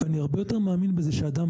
אני הרבה יותר מאמין בזה שאדם